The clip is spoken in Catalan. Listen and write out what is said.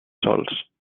solts